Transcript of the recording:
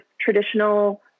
traditional